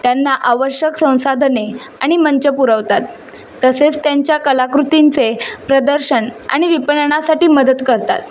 त्यांना आवश्यक संसाधने आणि मंच पुरवतात तसेच त्यांच्या कलाकृतींचे प्रदर्शन आणि विपणनासाठी मदत करतात